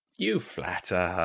you flatter her.